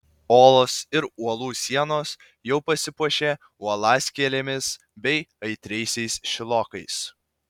olos ir uolų sienos jau pasipuošė uolaskėlėmis bei aitriaisiais šilokais